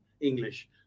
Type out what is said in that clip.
English